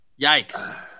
Yikes